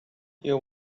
you